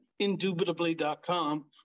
indubitably.com